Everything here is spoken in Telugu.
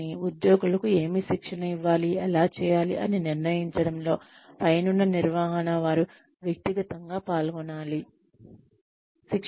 కానీ ఉద్యోగులకు ఏమి శిక్షణ ఇవ్వాలి ఎలా చేయాలి అని నిర్ణయించడంలో పైనున్న నిర్వహణ వారు వ్యక్తిగతంగా పాల్గొనాలి